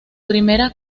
primera